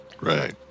Right